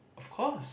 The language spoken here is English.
of course